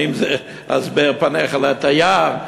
האם זה "הסבר פניך לתייר"?